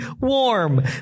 warm